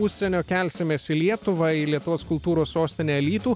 užsienio kelsimės į lietuvą į lietuvos kultūros sostinę alytų